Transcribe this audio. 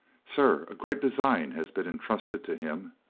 sir, a great design has been entrusted to him.